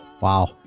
Wow